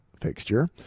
fixture